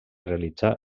realitzar